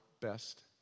best